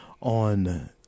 on